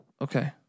Okay